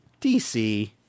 DC